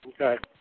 Okay